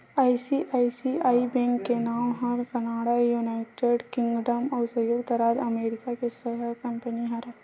ICICI bank के नांव ह कनाड़ा, युनाइटेड किंगडम अउ संयुक्त राज अमरिका के सहायक कंपनी हरय